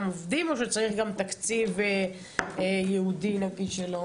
עובדים או שצריך גם תקציב ייעודי נגיש?